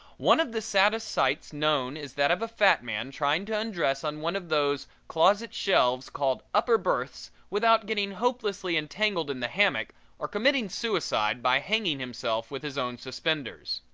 one of the saddest sights known is that of a fat man trying to undress on one of those closet shelves called upper berths without getting hopelessly entangled in the hammock or committing suicide by hanging himself with his own suspenders.